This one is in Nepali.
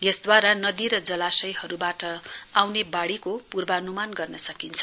यसद्वारा नदी र जलाशयहरूबाट आउने बाढीको पूर्वानुमान गर्न सकिन्छ